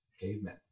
cavemen